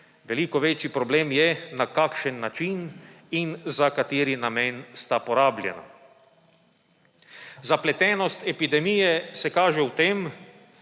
veliko večji problem je, na kakšen način in za kateri namen sta porabljena. Zapletenost epidemije se kaže v tem,